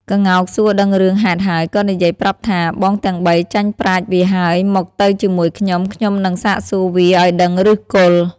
ក្ងោកសួរដឹងរឿងហេតុហើយ ក៏និយាយប្រាប់ថា៖ "បងទាំង៣ ចាញ់ប្រាជ្ញវាហើយ! មកទៅជាមួយខ្ញុំ ខ្ញុំនឹងសាកសួរវាឲ្យដឹងឫសគល់"។